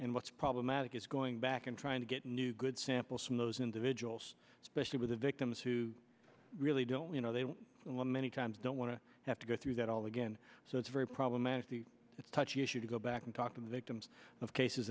what's problematic is going back and trying to get new good samples from those individuals especially with the victims who really don't you know they were a lot many times don't want to have to go through that all again so it's very problematic the touchy issue to go back and talk to victims of cases